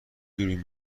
دوربین